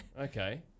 Okay